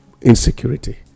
insecurity